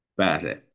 pääsee